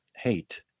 Hate